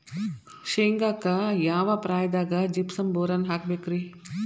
ಶೇಂಗಾಕ್ಕ ಯಾವ ಪ್ರಾಯದಾಗ ಜಿಪ್ಸಂ ಬೋರಾನ್ ಹಾಕಬೇಕ ರಿ?